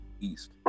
East